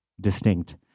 distinct